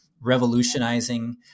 revolutionizing